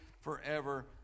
forever